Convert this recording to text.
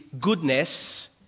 goodness